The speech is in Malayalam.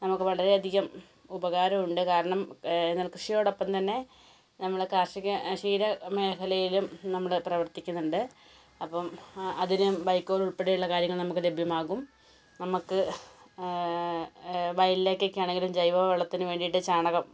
നമുക്ക് വളരെയധികം ഉപകാരം ഉണ്ട് കാരണം നെൽകൃഷിയോടൊപ്പം തന്നെ നമ്മള് കാർഷിക ക്ഷീര മേഖലയിലും നമ്മള് പ്രവർത്തിക്കുന്നുണ്ട് അപ്പം അതിന് വൈക്കോല് ഉൾപ്പെടെയുള്ള കാര്യങ്ങൾ നമുക്ക് ലഭ്യമാകും നമക്ക് വയലിലേക്കെക്കെയാണെങ്കിലും ജൈവ വളത്തിന് വേണ്ടിയിട്ട് ചാണകം